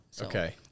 Okay